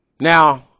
Now